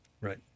Right